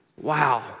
Wow